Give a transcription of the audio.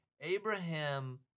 Abraham